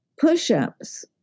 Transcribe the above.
push-ups